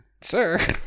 sir